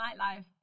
nightlife